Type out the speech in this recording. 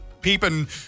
peeping